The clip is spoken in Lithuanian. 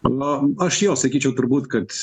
nu aš jo sakyčiau turbūt kad